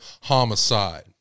homicide